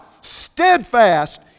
Steadfast